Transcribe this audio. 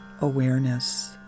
awareness